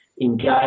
engage